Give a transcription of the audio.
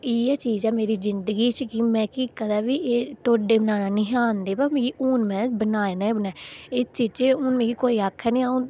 पर इ'यै चीज़ ऐ मेरी जिंदगी च की मिगी कदें बी एह् ढोड्डे बनाने निं हा आंदे बा मिगी पर हू'न में बनाए है'न न एह् चीज़ां मिगी हू'न कोई आक्खे ना